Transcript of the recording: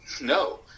No